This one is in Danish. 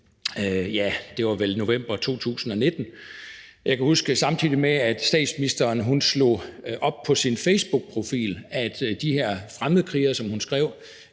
ja, det var vel november 2019 – hvor jeg kan huske, at samtidig med at statsministeren på sin facebookprofil slog op, at de her fremmedkrigere, som hun skrev,